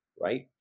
right